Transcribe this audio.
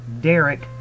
Derek